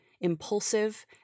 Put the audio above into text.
impulsive